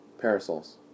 Parasols